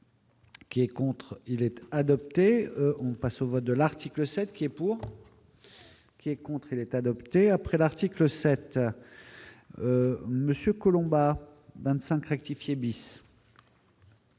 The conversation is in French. Qui est contre, il était adopté, on passe au vote de l'article 7 qui est pour. Qui est contre elle est adoptée après l'article 7 Monsieur Collombat 25 rectifier bis.